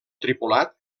tripulat